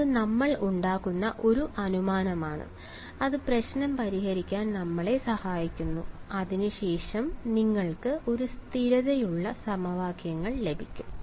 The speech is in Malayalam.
അത് നമ്മൾ ഉണ്ടാക്കുന്ന ഒരു അനുമാനമാണ് അത് പ്രശ്നം പരിഹരിക്കാൻ നമ്മളെ സഹായിക്കുന്നു അതിനുശേഷം നിങ്ങൾക്ക് ഒരു സ്ഥിരതയുള്ള സമവാക്യങ്ങൾ ലഭിക്കും